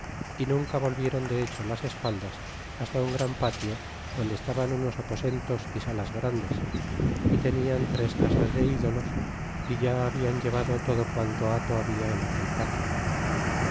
y nunca volvieron de hecho las espaldas hasta un gran patio donde estaban unos aposentos y salas grandes y tenían tres casas de ídolos é ya habian llevado todo quanto hato habla en aquel patio